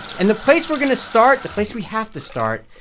and the place we're going to start, the place we have to start,